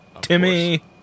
Timmy